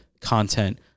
content